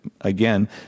Again